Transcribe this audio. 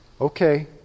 okay